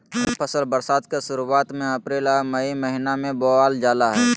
खरीफ फसल बरसात के शुरुआत में अप्रैल आ मई महीना में बोअल जा हइ